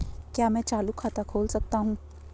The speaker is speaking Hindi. क्या मैं चालू खाता खोल सकता हूँ?